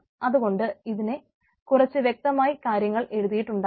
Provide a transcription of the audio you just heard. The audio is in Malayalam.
അതുകൊണ്ട് ഇതിനെ കുറിച്ച് വ്യക്തമായ കാര്യങ്ങൾ എഴുതിയിട്ടുണ്ടാകണം